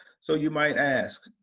so you might ask,